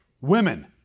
Women